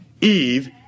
Eve